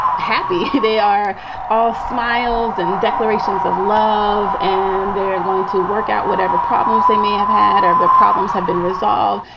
happy. they are all smiles and declarations of love and they are going to work out whatever problems they may have had or their problems have been resolved.